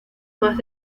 más